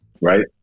right